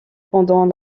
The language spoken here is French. pendant